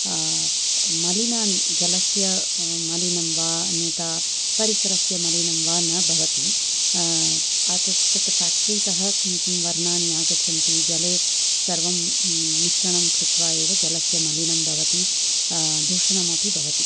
मलिनानि जलस्य मलिनं वा अन्यथा परिसरस्य मलिनं वा न भवति तत्र फेक्ट्री त किं किं वार्णानि आगच्छन्ति जले सर्वं मिश्रणं कृत्वा एव जलस्य मलिनं भवति दूषणमपि भवति